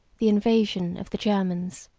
the invasion of the germans.